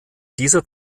dieser